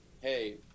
hey